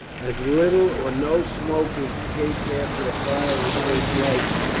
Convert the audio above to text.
as little or no smoke escaped after the fire was first lighted,